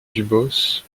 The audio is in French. dubos